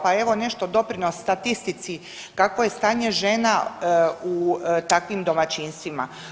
Pa evo nešto doprinos statistici kakvo je stanje žena u takvim domaćinstvima.